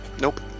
Nope